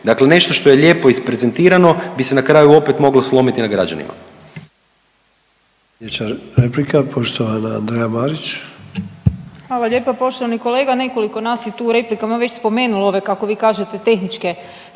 Dakle, nešto što je lijepo isprezentirano bi se na kraju opet moglo slomiti na građanima.